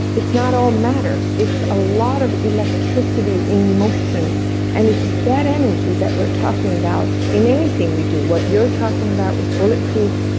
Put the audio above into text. it's not all matter, it's a lot of electricity in motion and it's that energy that we're talking about in anything we do what you're talking about with bulletproof,